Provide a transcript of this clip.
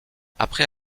après